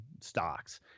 stocks